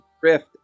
drift